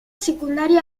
secundaria